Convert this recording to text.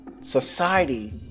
society